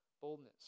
boldness